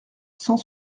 cent